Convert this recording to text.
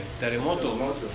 Terremoto